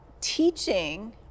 teaching